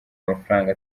amafaranga